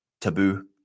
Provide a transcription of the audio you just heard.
taboo